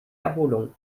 erholung